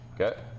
Okay